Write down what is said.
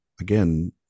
again